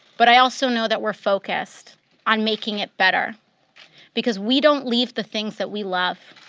but i also know that we're focused on making it better because we don't leave the things that we love.